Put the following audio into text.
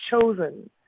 chosen